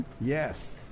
Yes